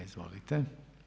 Izvolite.